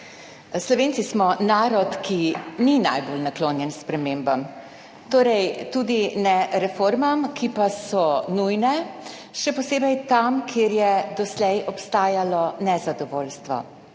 Slovenci smo narod, ki ni najbolj naklonjen spremembam, torej tudi ne reformam, ki pa so nujne, še posebej tam, kjer je doslej obstajalo nezadovoljstvo.